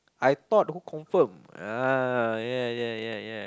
I thought who confirm ah ya ya ya ya